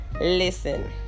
listen